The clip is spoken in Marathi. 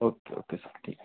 ओके ओके सर ठीक आहे